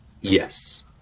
Yes